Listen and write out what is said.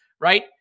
right